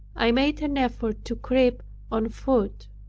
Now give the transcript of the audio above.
i made an effort to creep on foot.